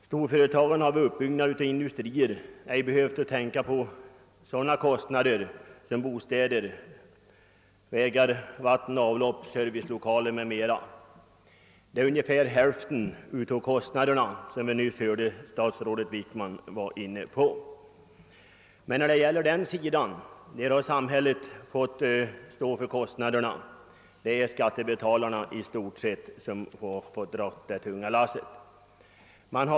Storföretagen har för uppbyggnad av industrier inte behövt tänka på utgifter för bostäder, vägar, vatten och avlopp, servicelokaler m.m., alltså ungefär hälften av alla kostnader, såsom vi nyss hörde av statsrådet Wickman. Denna del av kostnaderna har samhället fått bestrida, d. v. s. det är i stort sett skattebetalarna som fått dra det tunga lasset.